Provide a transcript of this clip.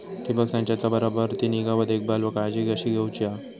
ठिबक संचाचा बराबर ती निगा व देखभाल व काळजी कशी घेऊची हा?